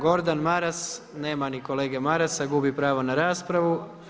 Gordan Maras, nema ni kolege Marasa, gubi pravo na raspravu.